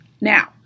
Now